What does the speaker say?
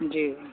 जी